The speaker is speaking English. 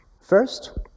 First